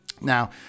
Now